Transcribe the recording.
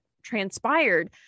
transpired